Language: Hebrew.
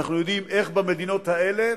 אנחנו יודעים איך במדינות האלה